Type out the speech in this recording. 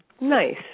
nice